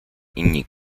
inni